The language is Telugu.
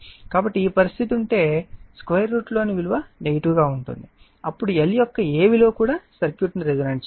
కాబట్టి ఈ పరిస్థితి ఉంటే2 √ లోని విలువ నెగిటివ్ గా ఉంటుంది అప్పుడు L యొక్క ఏ విలువ కూడా సర్క్యూట్ ని రెసోనేట్ చేయలేదు